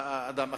אדם אחר.